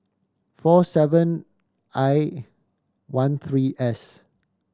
four seven I one three S